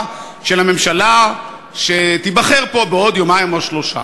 של הממשלה שתיבחר פה בעוד יומיים או שלושה?